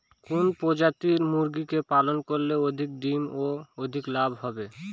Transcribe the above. কোন প্রজাতির মুরগি পালন করলে অধিক ডিম ও অধিক লাভ হবে?